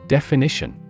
Definition